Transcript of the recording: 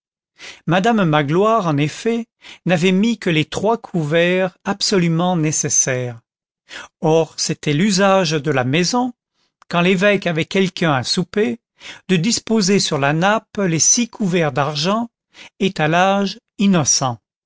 madame magloire en effet n'avait mis que les trois couverts absolument nécessaires or c'était l'usage de la maison quand l'évêque avait quelqu'un à souper de disposer sur la nappe les six couverts d'argent étalage innocent